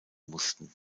mussten